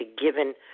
given